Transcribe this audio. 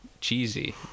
cheesy